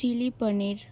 chilli পনির